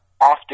often